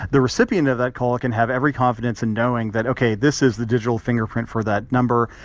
the recipient of that call can have every confidence in knowing that, ok, this is the digital fingerprint for that number.